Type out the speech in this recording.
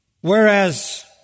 whereas